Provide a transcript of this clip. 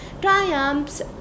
triumphs